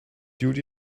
duty